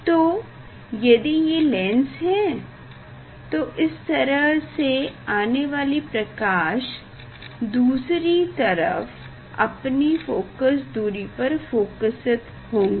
तो यदि ये लेंस है तो इस तरह से आने वाली प्रकाश दूसरी तरफ अपनी फोकस दूरी पर फोकसीत होगी